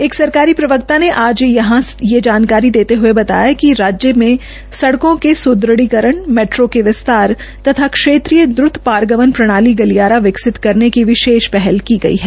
एक सरकारी प्रवक्ता ने आज यहां ये जानकारी देते हुए बताया कि राज्य में सड़कों के सुदृढिकरण मैद्रो के विस्तार तथा क्षेत्रीय द्वत पारगमन प्रणाली गलियारा विकसित करने की विशेष पहल की है